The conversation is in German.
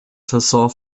saison